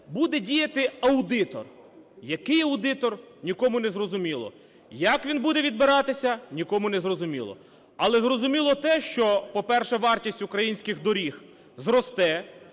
буде діяти аудитор. Який аудитор – нікому незрозуміло, як він буде відбиратися – нікому не зрозуміло. Але зрозуміло те, що, по-перше, вартість українських доріг зросте,